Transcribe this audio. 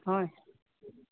হয়